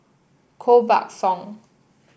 Koh Buck Song